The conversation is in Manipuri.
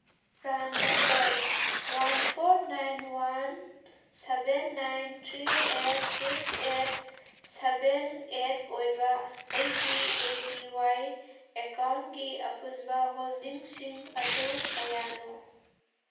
PRAN number one four nine one seven nine three eight six eight seven eight ꯑꯣꯏꯕ ꯑꯩꯒꯤ ꯑꯦ ꯄꯤ ꯋꯥꯏ ꯑꯦꯀꯥꯎꯟꯒꯤ ꯑꯄꯨꯟꯕ ꯍꯣꯜꯗꯤꯡꯁꯤꯡ ꯑꯗꯨ ꯀꯌꯥꯅꯣ